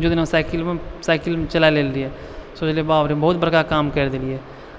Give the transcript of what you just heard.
जिस दिन हम साइकिलमे साइकिल चला लेने रहियै सोचलियै बापरे बहुत बड़का काम करि देलियै